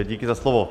Díky za slovo.